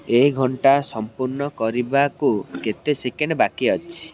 ଏହି ଘଣ୍ଟା ସଂପୂର୍ଣ୍ଣ କରିବାକୁ କେତେ ସେକେଣ୍ଡ୍ ବାକି ଅଛି